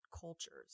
cultures